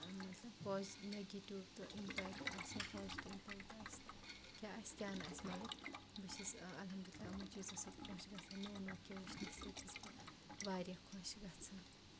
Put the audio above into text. مطلب پاز نَگیٹِو تہٕ اِمپیکٹ آسہِ ہہ پازٹِو اِمپیکٹ آسہِ کیٛاہ آسہِ کیٛاہ نہٕ آسہِ مگر بہٕ چھس الحمداللہ یِمو چیٖزو سۭتۍ خۄش گژھان نوٚو نوٚۄ کینٛہہ وٕچھنہٕ سۭتۍ چھس بہٕ واریاہ خۄش گژھان